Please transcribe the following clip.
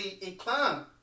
inclined